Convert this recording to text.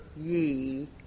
ye